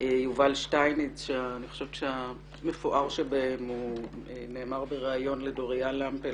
יובל שטייניץ שאני חושבת שהמפואר שבהם נאמר בראיון לדוריה למפל